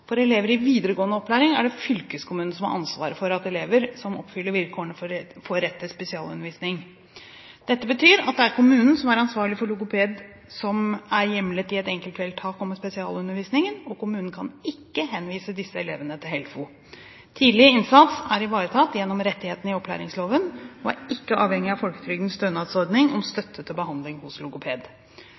For elever i videregående opplæring er det fylkeskommunen som har ansvaret for at elever som oppfyller vilkårene for rett til spesialundervisning, får dette. Dette betyr at det er kommunen som er ansvarlig for logoped i tilfeller som er hjemlet i et enkeltvedtak om spesialundervisning, og kommunen kan ikke henvise disse elevene til HELFO. Tidlig innsats er ivaretatt gjennom rettighetene i opplæringsloven og er ikke avhengig av folketrygdens stønadsordning om støtte til behandling hos logoped.